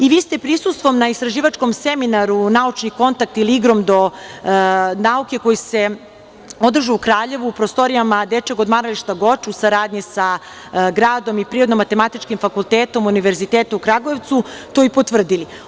I vi ste prisustvom na istraživačkom seminaru „Naučni kontakt ili Igrom do nauke“, koji se održao u Kraljevu u prostorijama Dečijeg odmarališta Goč, u saradnji sa gradom i Prirodno-matematičkim fakultetom Univerziteta u Kragujevcu, to i potvrdili.